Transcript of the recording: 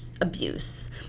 abuse